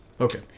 okay